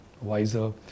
wiser